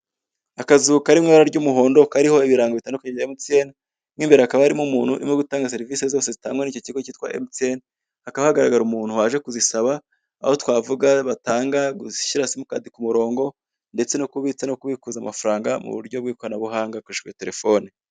Akazu kari mu ibara ry'umuhondo kariho ibirango bitandukanye bya MTN, mo imbere hakaba harimo umuntu urimo gutanga serivisi zose zitangwa muri iki kigo cyitwa MTN, hakahagaragara umuntu waje kuzisaba, aho twavuga batanga gushyira simukadi ku murongo ndetse no kubitsa no kubikuza amafaranga mu buryo bw'ikoranabuhanga hakoreshejwe terefone.